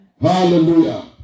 Hallelujah